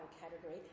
category